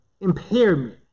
impairment